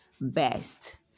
best